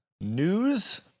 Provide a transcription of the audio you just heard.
News